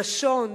לשון,